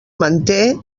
manté